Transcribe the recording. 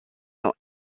sont